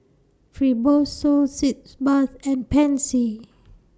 Fibrosol Sitz Bath and Pansy